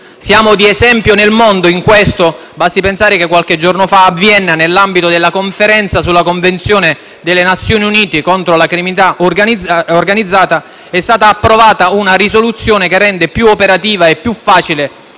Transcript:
Siamo di esempio nel mondo, in questo. Basti pensare che qualche giorno fa a Vienna, nell'ambito della conferenza sulla Convenzione delle Nazioni Unite contro la criminalità organizzata, è stata approvata una risoluzione che rende più operativa e più facile